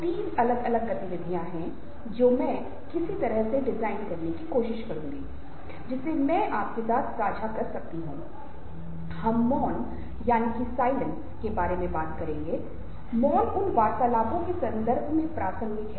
फिर आपको यह पता लगाने के लिए परीक्षण दूंगा कि आप चेहरों में निर्णायक भावनाओं को समझ पाते हैं की नहीं हम इन संदर्भों को जल्दी से देखते हैं और उम्मीद है कि आप थोड़ा और अधिक जानने में सक्षम होंगे कि कैसे चेहरे भावनाओं का संचार करते हैं